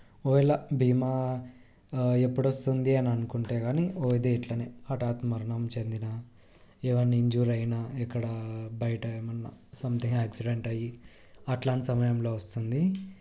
ఒకవేళ భీమా ఎప్పుడు వస్తుంది అని అనుకుంటే కానీ ఓ ఇక ఇట్లనే హఠాత్ మరణం చెందినా ఏవైనా ఇంజ్యూర్ అయినా ఎక్కడ బయట సంథింగ్ యాక్సిడెంట్ అయి అలాంటి సమయంలో వస్తుంది